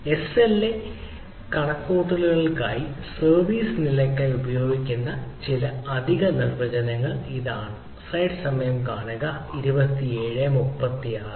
SLA കണക്കുകൂട്ടലുകൾക്കായി service നിലയ്ക്കായി ഉപയോഗപ്പെടുത്തുന്ന ചില അധിക നിർവചനങ്ങൾ ഇവയാണ്